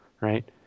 right